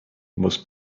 most